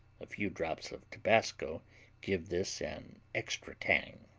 a few drops of tabasco give this an extra tang.